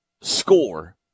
score